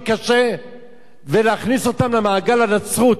קשה ולהכניס אותם למעגל הנצרות.